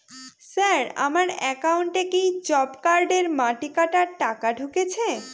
Sir আমার একাউন্টে কি জব কার্ডের মাটি কাটার টাকা ঢুকেছে?